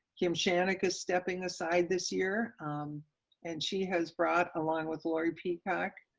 kim shannig is stepping aside this year and she has brought along with lori peacock,